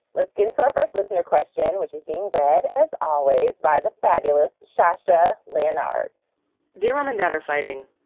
let's get to our first listener question, which is being read, as always, by the fabulous shasha lanard dear mom and dad are fighting.